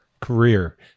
career